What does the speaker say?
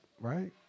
right